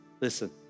listen